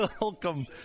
welcome